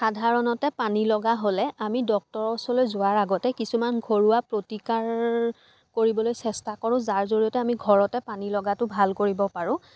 সাধাৰণতে পানী লগা হ'লে আমি ডক্তৰৰ ওচৰলৈ যোৱাৰ আগতে কিছুমান ঘৰুৱা প্ৰতিকাৰ কৰিবলৈ চেষ্টা কৰোঁ যাৰ জৰিয়তে আমি ঘৰতে পানী লগাটো ভাল কৰিব পাৰোঁ